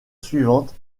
suivante